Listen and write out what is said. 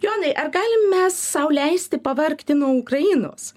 jonai ar galim mes sau leisti pavargti nuo ukrainos